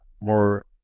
more